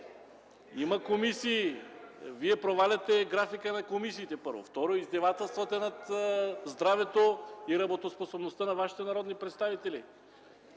Има комисии, Вие проваляте графика на комисиите – първо. Второ, издевателствате над здравето и работоспособността на Вашите народни представители.